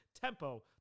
TEMPO